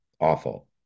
awful